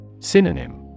Synonym